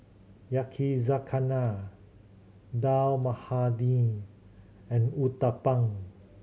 Yakizakana Dal Makhani and Uthapam